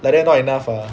like that not enough ah